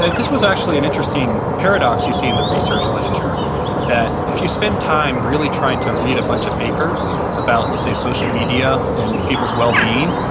this was actually an interesting paradox you see in the research literature that if you spend time really trying to read a bunch of papers about, let's say, social media and people's well-being,